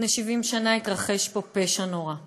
לפני 70 שנה התרחש פה פשע נורא,